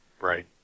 Right